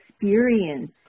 experience